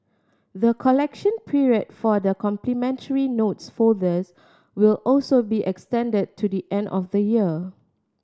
the collection period for the complimentary notes folders will also be extended to the end of the year